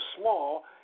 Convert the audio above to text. small